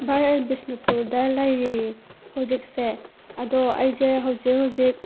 ꯚꯥꯏ ꯑꯩ ꯕꯤꯁꯅꯨꯄꯨꯔꯗ ꯂꯩꯔꯤ ꯍꯧꯖꯤꯛꯁꯦ ꯑꯗꯣ ꯑꯩꯁꯦ ꯍꯧꯖꯤꯛ ꯍꯧꯖꯤꯛ